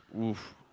Oof